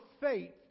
faith